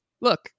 look